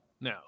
No